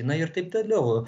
na ir taip toliau